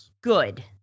good